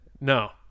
No